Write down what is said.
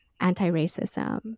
anti-racism